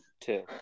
Two